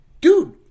dude